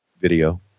video